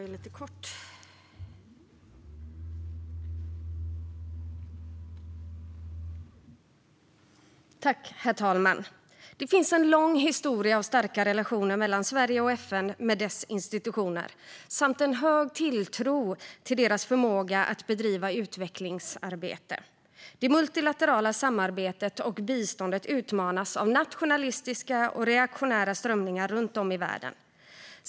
Herr talman! Det finns en lång historia av starka relationer mellan Sverige och FN med dess institutioner samt en hög tilltro till deras förmåga att bedriva utvecklingsarbete. Det multilaterala samarbetet och biståndet utmanas av nationalistiska och reaktionära strömningar runt om i världen.